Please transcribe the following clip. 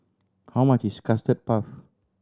how much is Custard Puff